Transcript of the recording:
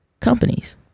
companies